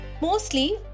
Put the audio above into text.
Mostly